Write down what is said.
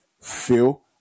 feel